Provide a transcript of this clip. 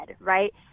right